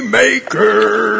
maker